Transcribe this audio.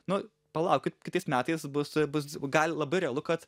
nu palaukit kitais metais bus bus gal labai realu kad